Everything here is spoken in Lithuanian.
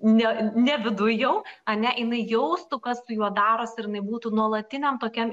ne ne viduj jau ane jinai jaustų kas su juo darosi ir jinai būtų nuolatiniam tokiam